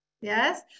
Yes